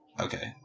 Okay